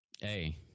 Hey